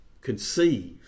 conceive